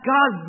God